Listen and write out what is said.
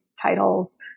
titles